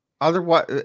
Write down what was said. otherwise